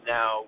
Now